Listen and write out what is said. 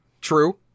True